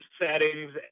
settings